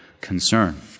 concern